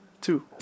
Two